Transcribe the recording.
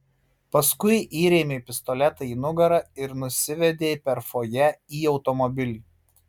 paskui įrėmė pistoletą į nugarą ir nusivedė per fojė į automobilį